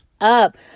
up